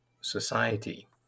society